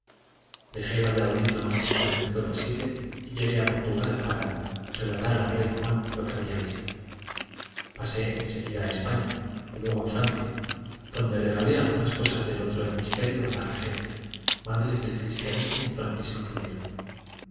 dejé valladolid lo más pronto que me fué posible y llegué a portugal para relatar al rey juan lo que había visto pasé en seguida a españa y luego a francia donde regalé algunas cosas del otro hemisferio a la regente madre del cristianísimo francisco